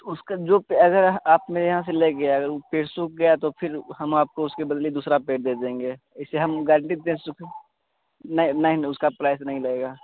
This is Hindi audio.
उसका जो पे अगर आप मेरे यहाँ से ले गए अगर ऊ पेड़ सूख गया तो फ़िर हम आपको उसके बदले दूसरा पेड़ दे देंगे इसे हम गारंटी दे सूखे नहीं नहीं उसका प्राइस नहीं लगेगा